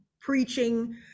preaching